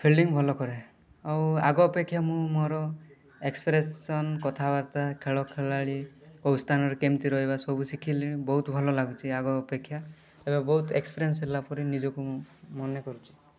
fielding ଭଲ କରେ ଆଉ ଆଗଅପେକ୍ଷା ମୁଁ ମୋର ଏକ୍ସପ୍ରେସନ୍ କଥାବାର୍ତ୍ତା ଖେଳ ଖେଳାଳୀ କେଉଁ ସ୍ଥାନରେ କେମତି ରହିବା ସବୁ ଶିଖିଲି ବହୁତ ଭଲ ଲାଗୁଛି ଆଗ ଅପେକ୍ଷା ଏବେ ବହୁତ ଏକ୍ସପିରେନ୍ସ ହେଲାପରି ନିଜକୁ ମୁଁ ମନେକରୁଛି